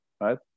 right